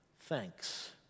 thanks